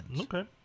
Okay